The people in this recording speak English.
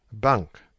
bunk